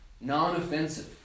non-offensive